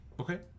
Okay